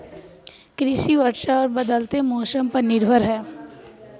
कृषि वर्षा और बदलते मौसम पर निर्भर है